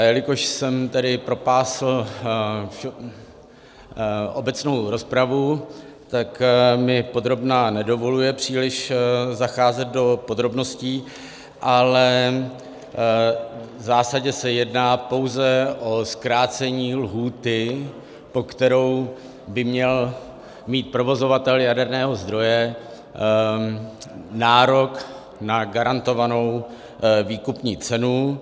Jelikož jsem propásl obecnou rozpravu, tak mi podrobná nedovoluje příliš zacházet do podrobností, ale v zásadě se jedná pouze o zkrácení lhůty, po kterou by měl mít provozovatel jaderného zdroje nárok na garantovanou výkupní cenu.